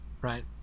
right